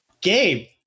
Gabe